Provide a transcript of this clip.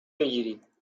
بگیرید